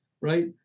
right